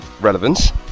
relevance